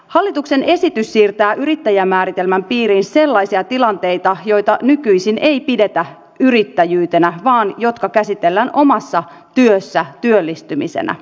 hallituksen esitys siirtää yrittäjämääritelmän piiriin sellaisia tilanteita joita nykyisin ei pidetä yrittäjyytenä vaan jotka käsitellään omassa työssä työllistymisenä